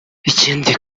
ikindi